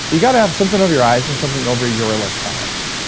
you've got to have something over your eyes and something over your electronics.